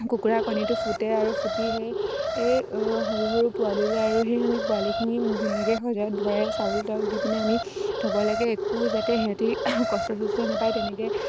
কুকুৰা কণীটো ফুটে আৰু ফুটি সেই সৰু সৰু পোৱালি ওলায় আৰু সেই আমি পোৱালিখিনি ধুনীয়াকৈ সঁজাত ভৰাই চাউল তাউল দি পিনে আমি থ'ব লাগে একো যাতে সিহঁতে কষ্ট চষ্ট নাপায় তেনেকৈ